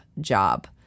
job